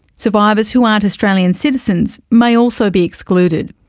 survivors who aren't australian citizens may also be excluded.